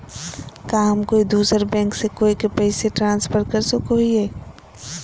का हम कोई दूसर बैंक से कोई के पैसे ट्रांसफर कर सको हियै?